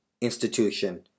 institution